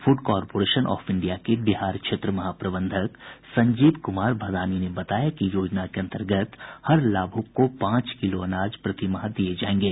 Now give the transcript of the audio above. food corporation of India के बिहार क्षेत्र महाप्रबंधक संजीव कुमार भदानी ने बताया कि योजना के अंतर्गत हर लाभुक को पांच किलो अनाज प्रतिमाह दिये जायेंगे